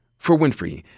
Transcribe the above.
for winfrey,